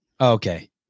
Okay